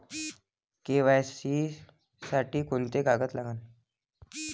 KYC साठी कोंते कागद लागन?